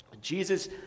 Jesus